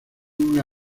una